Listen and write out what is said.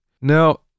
Now